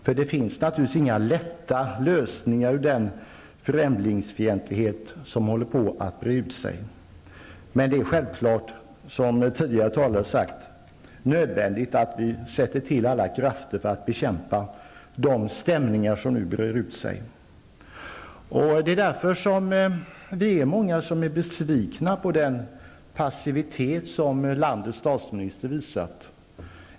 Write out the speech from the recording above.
För det finns givetvis inga lätta lösningar när det gäller dem främlingsfientlighet som håller på att breda ut sig. Men det är självklart, som tidigare talare har sagt, nödvändigt att vi sätter till alla krafter för att bekämpa de stämningar som nu med förfärande snabbhet breder ut sig. Det är därför som så många är besvikna på den passivitet som statsministern har visat.